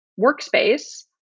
workspace